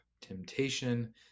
temptation